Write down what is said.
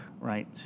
right